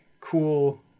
cool